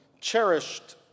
cherished